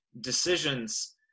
decisions